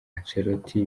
ancelotti